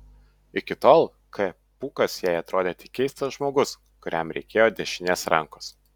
iki tol k pūkas jai atrodė tik keistas žmogus kuriam reikėjo dešinės rankos